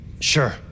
Sure